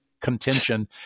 contention